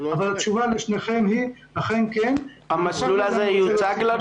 אבל התשובה לשניכם היא: אכן כן --- המסלול זה יוצג לנו